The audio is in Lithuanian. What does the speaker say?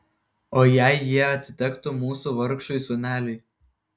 o jei jie atitektų mūsų vargšui sūneliui